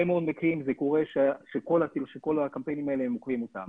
מאוד מקרים זה קורה שכל הקמפיינים האלה הם --- אותנו.